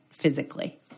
physically